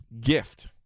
gift